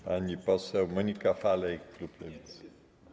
Pani poseł Monika Falej, klub Lewicy.